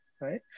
right